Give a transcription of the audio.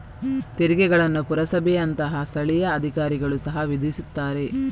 ತೆರಿಗೆಗಳನ್ನು ಪುರಸಭೆಯಂತಹ ಸ್ಥಳೀಯ ಅಧಿಕಾರಿಗಳು ಸಹ ವಿಧಿಸುತ್ತಾರೆ